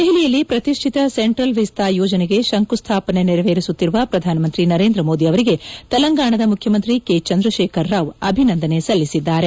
ದೆಹಲಿಯಲ್ಲಿ ಪ್ರತಿಷ್ಠಿತ central Vista ಯೋಜನೆಗೆ ಶಂಕುಸ್ಠಾಪನೆ ನೆರವೇರಿಸುತ್ತಿರುವ ಪ್ರಧಾನಮಂತ್ರಿ ನರೇಂದ್ರಮೋದಿ ಅವರಿಗೆ ಚಂದ್ರಶೇಖರ್ರಾವ್ ಅಭಿನಂದನೆ ಸಲ್ಲಿಸಿದ್ದಾರೆ